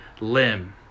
limb